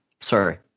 Sorry